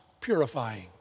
purifying